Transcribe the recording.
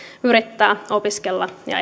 yrittää opiskella ja